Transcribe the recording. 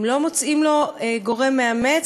אם לא מוצאים לו גורם מאמץ,